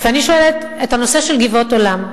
ואני שואלת, הנושא של "גבעות עולם".